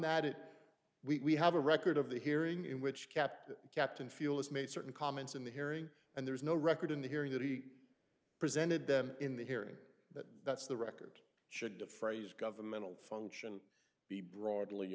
that it we have a record of the hearing in which captain captain feel has made certain comments in the hearing and there's no record in the hearing that he presented them in the hearing that that's the record should the phrase governmental function be broadly